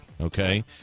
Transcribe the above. okay